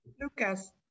lucas